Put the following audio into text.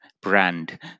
brand